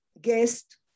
guest